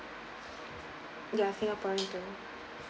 ya singaporean too